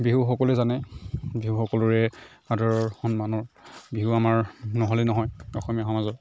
বিহু সকলোৱে জানে বিহু সকলোৰে আদৰৰ সন্মানৰ বিহু আমাৰ নহ'লে নহয় অসমীয়া সমাজৰ